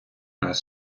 раз